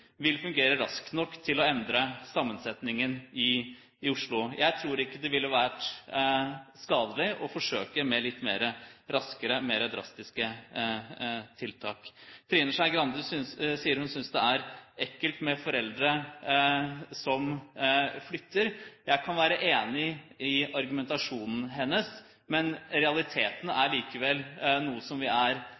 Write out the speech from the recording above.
vil fungere raskt nok til å endre sammensetningen i Oslo. Jeg tror ikke det ville vært skadelig å forsøke med litt raskere, mer drastiske tiltak. Trine Skei Grande sier hun synes det er «ekkelt» med foreldre som flytter barna. Jeg kan være enig i argumentasjonen hennes, men realiteten er likevel noe som vi er